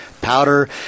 powder